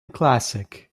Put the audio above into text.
classic